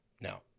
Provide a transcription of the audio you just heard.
Now